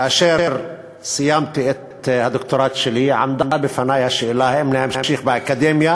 כאשר סיימתי את הדוקטורט שלי עמדה בפני השאלה אם להמשיך באקדמיה